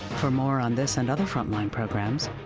for more on this and other frontline programs,